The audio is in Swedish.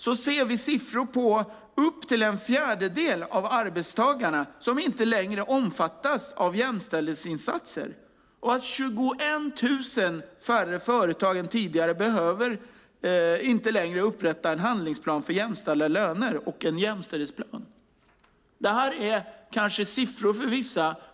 Vi ser då att uppemot en fjärdedel av arbetstagarna inte längre omfattas av jämställdhetsinsatser. 21 000 färre företag än tidigare behöver inte längre upprätta en handlingsplan för jämställda löner och en jämställdhetsplan. För vissa är detta kanske bara siffror.